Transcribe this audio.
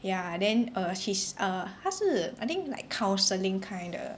ya then err she's err 他是 I think like counselling kind 的